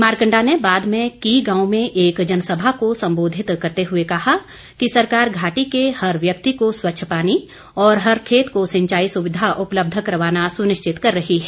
मारकण्डा ने बाद में की गांव में एक जनसभा को सम्बोधित करते हुए कहा कि सरकार घाटी के हर व्यक्ति को स्वच्छ पानी और हर खेत को सिंचाई सुविधा उपलब्ध करवाना सुनिश्चित कर रही है